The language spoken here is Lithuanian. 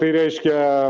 tai reiškia